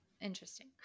Interesting